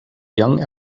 young